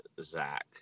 Zach